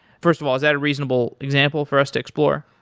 first of all, is that a reasonable example for us to explore?